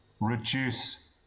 reduce